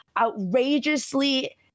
outrageously